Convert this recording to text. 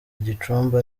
gicumbi